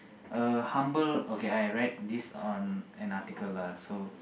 a humble okay I write this on an article lah so